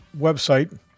website